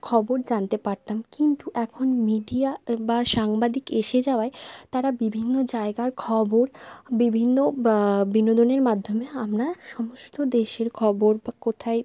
খবর জানতে পারতাম কিন্তু এখন মিডিয়া বা সাংবাদিক এসে যাওয়ায় তারা বিভিন্ন জায়গার খবর বিভিন্ন বিনোদনের মাধ্যমে আমরা সমস্ত দেশের খবর কোথায়